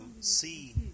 see